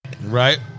Right